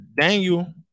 Daniel